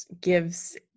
gives